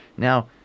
Now